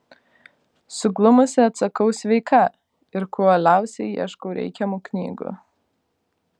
suglumusi atsakau sveika ir kuo uoliausiai ieškau reikiamų knygų